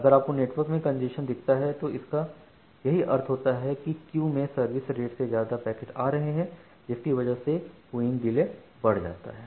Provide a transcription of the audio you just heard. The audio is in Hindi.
अगर आपको नेटवर्क में कंजेशन दिखता है तो इसका यही अर्थ होता है कि क्यू में सर्विस रेट से ज्यादा पैकेट आ रहे हैं जिसकी वजह से क्यूइंग डिले बढ़ जाता है